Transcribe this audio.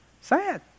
Sad